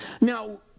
Now